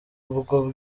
ubwo